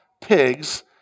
pigs